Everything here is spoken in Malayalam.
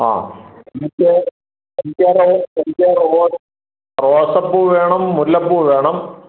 ആ എനിക്ക് എനിക്ക് ആ എനിക്ക് ആ റോസാപ്പൂ വേണം മുല്ലപ്പൂ വേണം